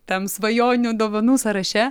tam svajonių dovanų sąraše